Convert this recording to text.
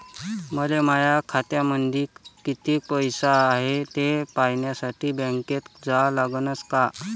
मले माया खात्यामंदी कितीक पैसा हाय थे पायन्यासाठी बँकेत जा लागनच का?